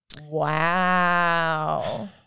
Wow